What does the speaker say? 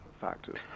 factors